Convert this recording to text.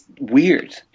weird